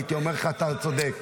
הייתי אומר לך שאתה צודק.